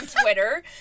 Twitter